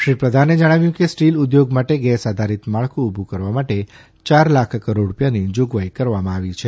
શ્રી પ્રધાને જણાવ્યું કે સ્ટીલ ઉદ્યોગ માટે ગેસ આધારિત માળખું ઉભું કરવા માટે ચાર લાખ કરોડ રૂપિયાની જોગવાઇ કરવામાં આવી છે